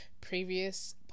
previous